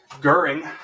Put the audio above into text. Goering